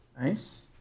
nice